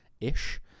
ish